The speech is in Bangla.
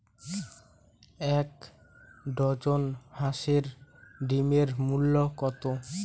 এক ডজন হাঁসের ডিমের মূল্য কত?